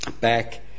back